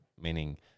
meaning